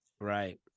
right